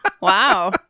Wow